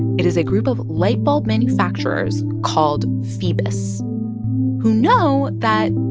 it is a group of light bulb manufacturers called phoebus who know that,